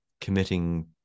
committing